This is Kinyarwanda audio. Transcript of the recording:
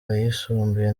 ayisumbuye